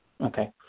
Okay